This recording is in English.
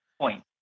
point